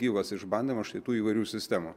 gyvas išbandyma štai tų įvairių sistemų